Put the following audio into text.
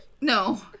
No